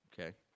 Okay